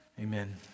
Amen